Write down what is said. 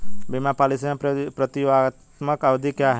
बीमा पॉलिसी में प्रतियोगात्मक अवधि क्या है?